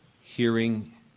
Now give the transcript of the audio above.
hearing